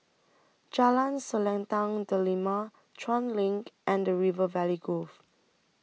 Jalan Selendang Delima Chuan LINK and River Valley Grove